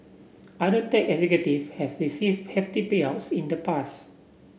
other tech executive have receive hefty payouts in the past